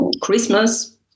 Christmas